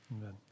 Amen